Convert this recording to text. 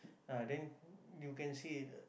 ah then you can see